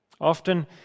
Often